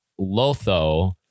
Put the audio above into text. Lotho